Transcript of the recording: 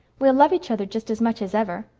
we'll love each other just as much as ever.